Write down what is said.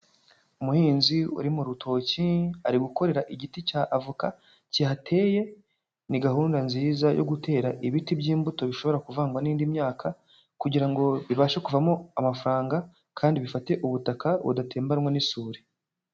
Umuhinzi uri mu rutoki, ari gukorera igiti cya avoka kihateye, ni gahunda nziza yo gutera ibiti by'imbuto bishobora kuvangwa n'indi myaka, kugira ngo bibashe kuvamo amafaranga kandi bifate ubutaka budatembanwa n'isuri.